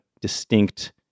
distinct